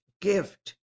gift